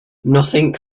nothing